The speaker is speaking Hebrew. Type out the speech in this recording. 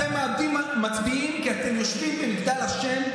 אתם מאבדים מצביעים, כי אתם יושבים במגדל השן,